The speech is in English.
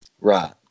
Right